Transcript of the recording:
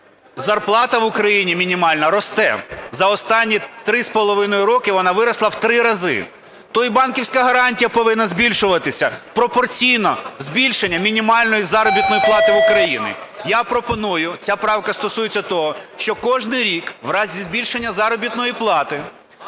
Зарплата в Україні мінімальна росте. За останні 3,5 роки вона виросла в три рази. То і банківська гарантія повинна збільшуватися пропорційно збільшенню мінімальної заробітної плати в Україні. Я пропоную. Ця правка стосується того, що кожен рік в разі збільшення заробітної плати